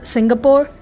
Singapore